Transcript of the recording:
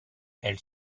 elle